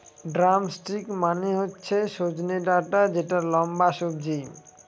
drumstick মানে হচ্ছে সজনে ডাটা যেটা লম্বা সবজি